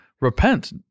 repent